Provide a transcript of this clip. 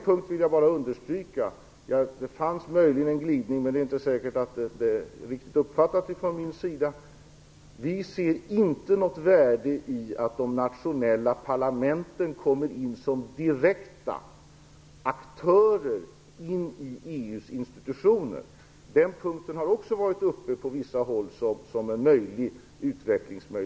Jag vill understryka att vi inte ser något värde i att de nationella parlamenten kommer in som direkta aktörer i EU:s institutioner. Detta har på vissa håll tagits upp som en möjlig utvecklingsväg.